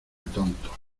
tontos